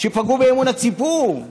שפגעו באמון הציבור,